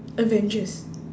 avengers